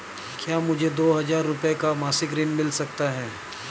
क्या मुझे दो हजार रूपए का मासिक ऋण मिल सकता है?